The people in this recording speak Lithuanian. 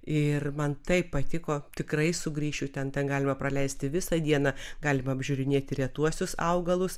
ir man taip patiko tikrai sugrįšiu ten ten galima praleisti visą dieną galima apžiūrinėti retuosius augalus